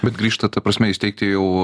bet grįžta ta prasme įsteigti jau